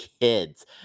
kids